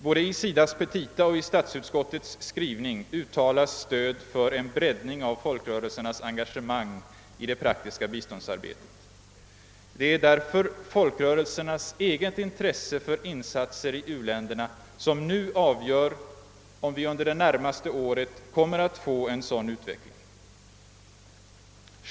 Både i SIDA:s petita och i statsutskottets skrivning uttalas stöd för en breddning av folkrörelsernas engagemang i det praktiska biståndsarbetet. Det är därför folkrörelsernas eget intresse för insatser i u-länderna som nu avgör om vi under det närmaste året kommer att få en sådan utveckling.